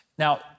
Now